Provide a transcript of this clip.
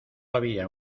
había